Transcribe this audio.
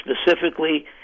specifically